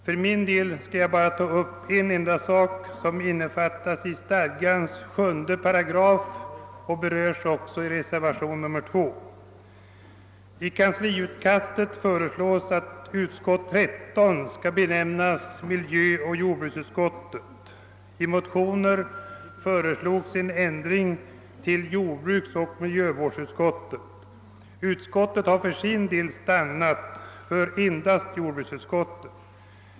För min del skall jag endast ta upp en sak, som innefattas i 7 § i stadgan och berörs i reservationen 2. I kansliutkastet föreslås att utskottet nr 13 skulle benämnas miljövårdsoch jordbruksutskottet. I motioner har föreslagits en ändring av namnet till jordbruksoch miljövårdsutskottet. Utskottet har stannat för endast jordbruksutskottet.